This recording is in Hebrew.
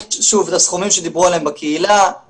שוב אלה הסכומים שדיברו עליהם בקהילה,